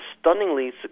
stunningly